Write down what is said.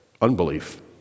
unbelief